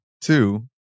two